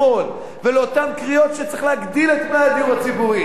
ולאותן קריאות שצריך להגדיל את מלאי הדיור הציבורי.